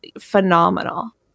phenomenal